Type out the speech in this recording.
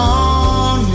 on